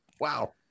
wow